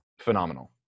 phenomenal